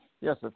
yes